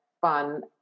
fun